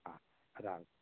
आ राम्